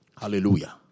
Hallelujah